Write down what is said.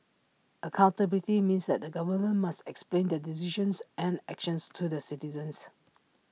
accountability means that the government must explain their decisions and actions to the citizens